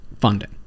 funding